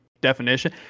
definition